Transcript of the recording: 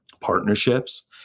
partnerships